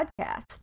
podcast